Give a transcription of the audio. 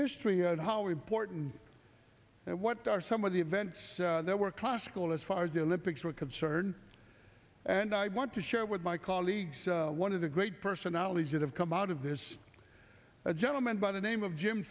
history of how important and what are some of the events that were classical as far as the olympics were concerned and i want to share with my colleagues one of the great personalities that have come out of this a gentleman by the name of jim